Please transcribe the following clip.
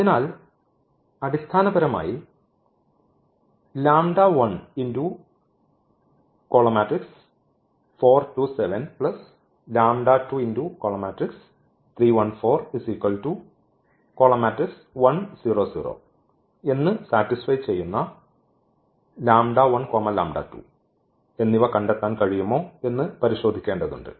അതിനാൽ അടിസ്ഥാനപരമായി എന്ന് സാറ്റിസ്ഫൈ ചെയ്യുന്ന എന്നിവ കണ്ടെത്താൻ കഴിയുമോ എന്ന് പരിശോധിക്കേണ്ടതുണ്ട്